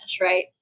right